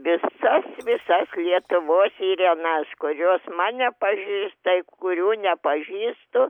visas visas lietuvos irenas kurios mane pažįsta ir kurių nepažįstu